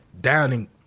downing